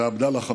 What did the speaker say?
ועבדאללה חמדוכ.